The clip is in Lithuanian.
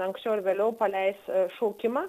anksčiau ar vėliau paleis šaukimą